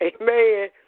Amen